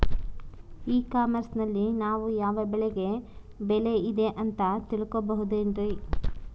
E commerce ನಲ್ಲಿ ನಾವು ಯಾವ ಬೆಳೆಗೆ ಬೆಲೆ ಇದೆ ಅಂತ ತಿಳ್ಕೋ ಬಹುದೇನ್ರಿ?